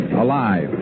alive